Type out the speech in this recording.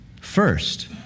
First